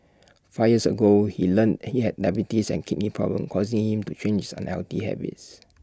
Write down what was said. five years ago he learnt he had diabetes and kidney problems causing him to change his unhealthy habits